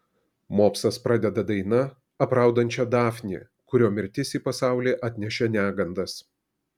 mopsas pradeda daina apraudančia dafnį kurio mirtis į pasaulį atnešė negandas